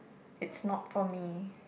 it's not for me